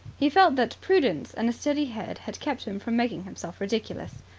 he felt that prudence and a steady head had kept him from making himself ridiculous.